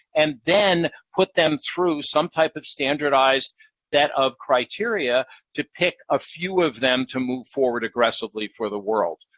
and then put them through some type of standardized set of criteria to pick a few of them to move forward aggressively for the world.